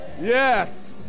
Yes